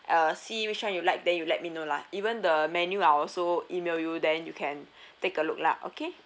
uh see which you like then you let me know lah even the menu I will also email you then you can take a look lah okay